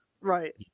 Right